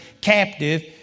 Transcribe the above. captive